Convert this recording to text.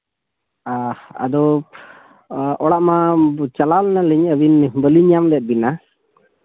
ᱟᱸᱻ ᱟᱫᱚ ᱚᱲᱟᱜ ᱢᱟ ᱪᱟᱞᱟᱣ ᱞᱮᱱᱟᱞᱤᱧ ᱟᱹᱵᱤᱱ ᱵᱟᱹᱞᱤᱧ ᱧᱟᱢ ᱞᱮᱜ ᱵᱤᱱᱟ